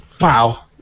Wow